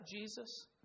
Jesus